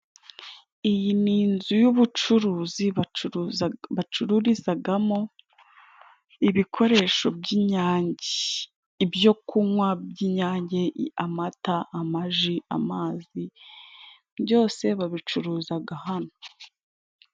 Iyi n'inzu y’ubucuruzi, bacuruza, bacururizagamo ibikoresho by’Inyange: ibyokunwa by'Inyange, amata, amaji, amazi. Byose babicuruzaga hano.